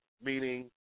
meaning